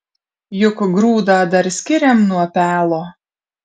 juk grūdą dar skiriam nuo pelo